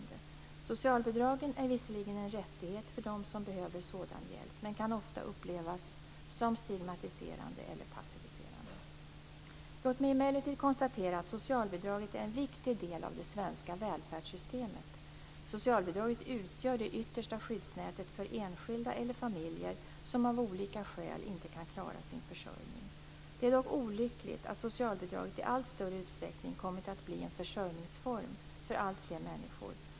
Socialbidragen är visserligen en rättighet för dem som behöver sådan hjälp, men kan ofta upplevas som stigmatiserande eller passiviserande. Låt mig emellertid konstatera att socialbidraget är en viktig del av det svenska välfärdssystemet. Socialbidraget utgör det yttersta skyddsnätet för enskilda eller familjer som av olika skäl inte kan klara sin försörjning. Det är dock olyckligt att socialbidraget i allt större utsträckning kommit att bli en försörjningsform för alltfler människor.